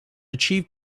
achieve